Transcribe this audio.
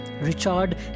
Richard